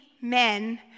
men